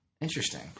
Interesting